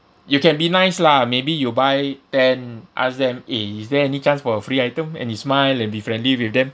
you can be nice lah maybe you buy ten ask them eh is there any chance for a free item and you smile and be friendly with them